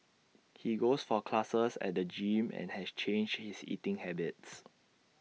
he goes for classes at the gym and has changed his eating habits